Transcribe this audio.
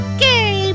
Okay